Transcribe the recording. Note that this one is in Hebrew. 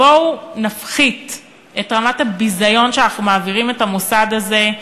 בואו נפחית את רמת הביזיון שאנחנו מעבירים את המוסד הזה,